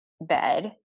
bed